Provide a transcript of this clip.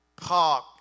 park